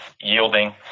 yielding